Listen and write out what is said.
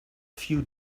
few